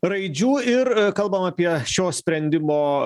raidžių ir kalbam apie šio sprendimo